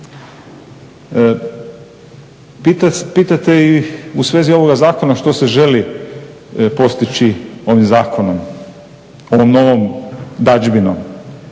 Pitate i u svezi ovoga zakona što se želi postići ovim zakonom, ovom novom dadžbinom.